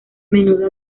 menudo